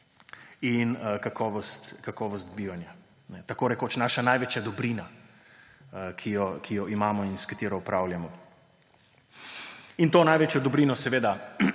in kakovost bivanja, tako rekoč naša največja dobrina, ki jo imamo in s katero upravljamo. To največjo dobrino seveda